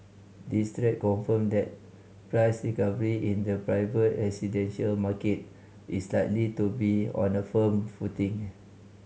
these trend confirm that price recovery in the private residential market is likely to be on a firm footing